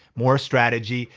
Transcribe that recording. more strategy,